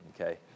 okay